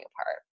apart